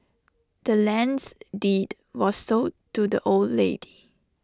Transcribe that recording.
the land's deed was sold to the old lady